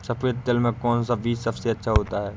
सफेद तिल में कौन सा बीज सबसे अच्छा होता है?